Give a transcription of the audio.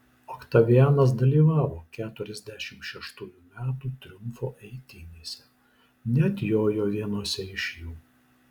oktavianas dalyvavo keturiasdešimt šeštųjų metų triumfo eitynėse net jojo vienose iš jų